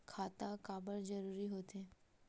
खाता काबर जरूरी हो थे?